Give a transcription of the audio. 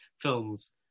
films